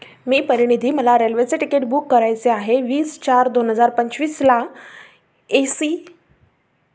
मी परिणिधी मला रेल्वेचे तिकीट बुक करायचे आहे वीस चार दोन हजार पंचवीसला ए सी